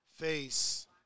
face